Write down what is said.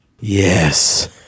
Yes